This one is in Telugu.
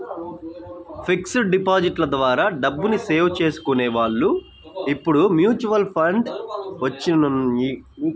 ఫిక్స్డ్ డిపాజిట్ల ద్వారా డబ్బుని సేవ్ చేసుకునే వాళ్ళు ఇప్పుడు మ్యూచువల్ ఫండ్లు వచ్చినియ్యి